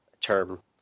term